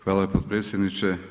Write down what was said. Hvala potpredsjedniče.